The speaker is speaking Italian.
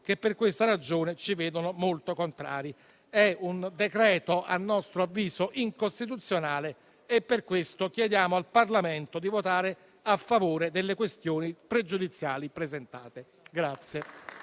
che per questa ragione, ci vedono molto contrari. È un decreto-legge - a nostro avviso - incostituzionale e per questo chiediamo al Parlamento di votare a favore delle questioni pregiudiziali presentate.